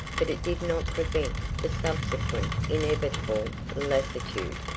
but it did not prevent the subsequent inevitable lassitude.